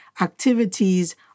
activities